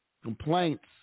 complaints